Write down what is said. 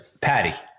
Patty